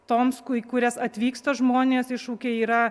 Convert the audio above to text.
toms ku į kurias atvyksta žmonės iššūkiai yra